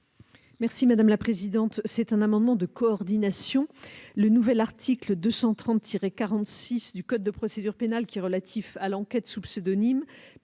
Mme la garde des sceaux. C'est un amendement de coordination. Le nouvel article 230-46 du code de procédure pénale, relatif à l'enquête sous pseudonyme,